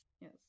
yes